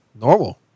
normal